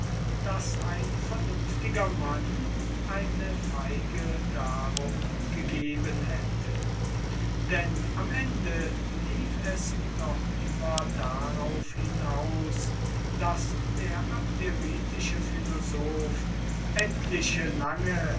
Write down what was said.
daß ein vernünftiger mann eine feige darum gegeben hätte denn am ende lief es doch immer darauf hinaus daß der abderitische philosoph etliche lange